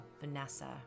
vanessa